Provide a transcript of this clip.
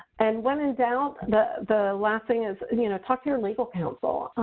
and when in doubt, the the last thing is and you know talk to your legal counsel.